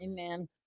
Amen